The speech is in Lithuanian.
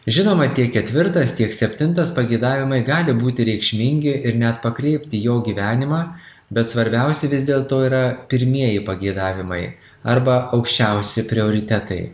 žinoma tiek ketvirtas tiek septintas pageidavimai gali būti reikšmingi ir net pakreipti jo gyvenimą bet svarbiausia vis dėlto yra pirmieji pageidavimai arba aukščiausi prioritetai